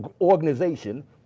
organization